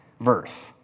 verse